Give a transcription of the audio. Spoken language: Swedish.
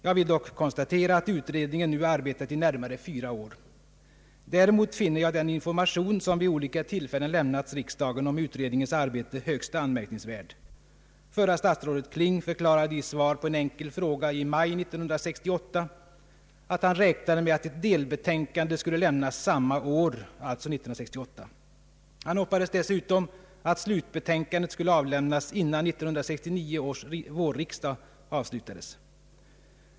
Jag vill dock konstatera att utredningen nu har arbetat i närmare fyra år. Däremot finner jag den information som vid olika tillfällen har lämnats riksdagen om utredningens arbete högst anmärkningsvärd, Förra statsrådet Kling förklarade i ett svar på en enkel fråga i maj 1968 att han räknade med att ett delbetänkande skulle lämnas samma år, alltså 1968. Han hoppades dessutom att slutbetänkandet skulle avlämnas innan 1969 års vårriksdag avslutades.